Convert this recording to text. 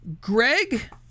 Greg